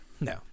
No